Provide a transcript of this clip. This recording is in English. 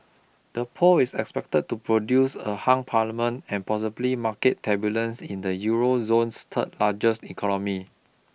the poll is expected to produce a hung parliament and possibly market turbulence in the Euro zone's third largest economy